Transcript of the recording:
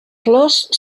flors